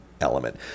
element